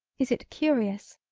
is it curious,